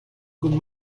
con